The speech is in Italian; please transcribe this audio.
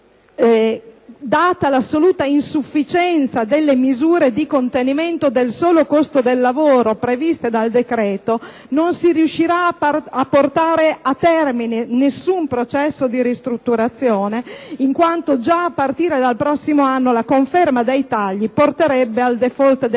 data l'assoluta insufficienza delle misure di contenimento del solo costo del lavoro previste dal decreto, non si riuscirà a portare a termine alcun processo di ristrutturazione in quanto già a partire dal prossimo anno la conferma dei tagli porterebbe al *default* del Teatro.